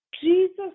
Jesus